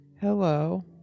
Hello